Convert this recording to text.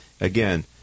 again